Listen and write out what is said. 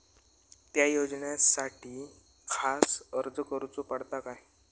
त्या योजनासाठी खास अर्ज करूचो पडता काय?